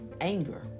anger